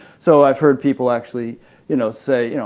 so i've heard people actually you know say, you know